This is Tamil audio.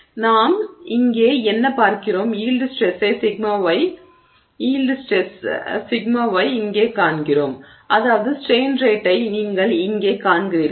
எனவே நாங்கள் இங்கே என்ன பார்க்கிறோம் யீல்டு ஸ்ட்ரெஸ்ஸை σy இங்கே காண்கிறோம் அதாவது ஸ்ட்ரெய்ன் ரேட்டை நீங்கள் இங்கே காண்கிறீர்கள்